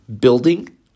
building